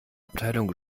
abteilung